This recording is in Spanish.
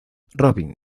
robin